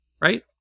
right